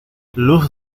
luz